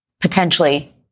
potentially